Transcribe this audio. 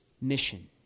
mission